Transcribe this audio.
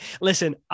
Listen